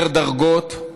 יותר דרגות,